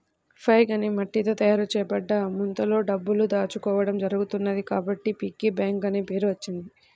pig అనే మట్టితో తయారు చేయబడ్డ ముంతలో డబ్బులు దాచుకోవడం జరుగుతున్నది కాబట్టి పిగ్గీ బ్యాంక్ అనే పేరు వచ్చింది